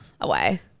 away